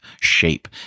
shape